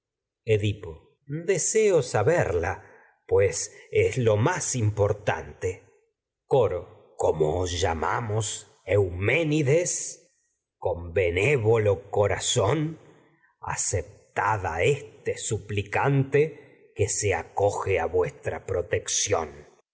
edipo deseo saberla os pues es lo más importante con coro volo como llamamos euménides bené a corazón aceptad a este suplicante que se acoge vuestra protección